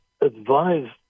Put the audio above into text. advised